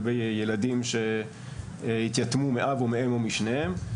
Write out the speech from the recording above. ילדים שהתייתמו מאב או מאם או משניהם,